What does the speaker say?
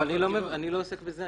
אני לא עוסק בזה.